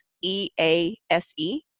E-A-S-E